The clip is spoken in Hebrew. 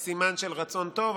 הוא סימן של רצון טוב,